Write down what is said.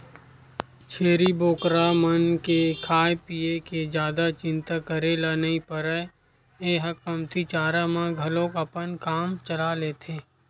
छेरी बोकरा मन के खाए पिए के जादा चिंता करे ल नइ परय ए ह कमती चारा म घलोक अपन काम चला लेथे